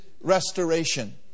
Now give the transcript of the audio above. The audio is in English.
restoration